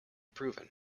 proven